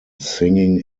singing